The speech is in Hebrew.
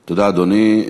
תודה, אדוני.